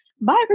bye